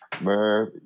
Man